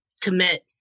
commit